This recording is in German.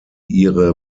ihre